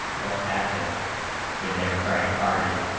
would happen to democratic party